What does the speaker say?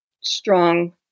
strong